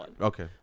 Okay